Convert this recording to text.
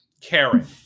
Karen